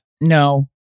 No